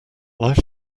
life